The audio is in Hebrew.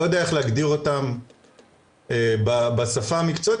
לא יודע איך להגדיר אותן בשפה המקצועית,